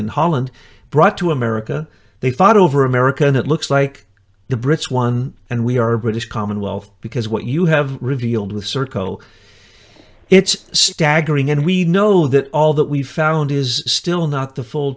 in holland brought to america they fought over america and it looks like the brits won and we are british commonwealth because what you have revealed with serco it's staggering and we know that all that we found is still not the full